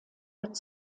hat